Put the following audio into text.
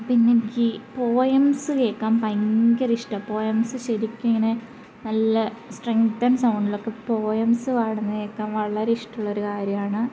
പിന്നെ എനിക്ക് പോയംസ് കേള്ക്കാൻ ഭയങ്കര ഇഷ്ടമാണ് പോയംസ് ശരിക്ക് ഇങ്ങനെ നല്ല സ്ട്രെങ്തെൻ സൗണ്ടിലൊക്കെ പോയംസ് പാടുന്നത് കേള്ക്കാൻ വളരെ ഇഷ്ടമുള്ളൊരു കാര്യമാണ്